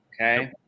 okay